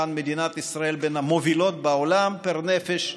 כאן מדינת ישראל בין המובילות בעולם פר נפש.